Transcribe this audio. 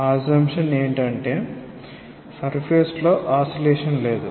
ఆ అస్సమ్షన్ ఏంటంటే సర్ఫేస్ లో ఆసిలేషన్ లేదు